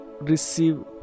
receive